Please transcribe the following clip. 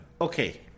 Okay